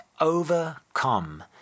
overcome